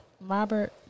Robert